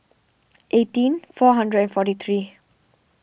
eighteen four hundred and forty three